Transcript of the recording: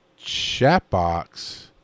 Chatbox